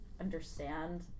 understand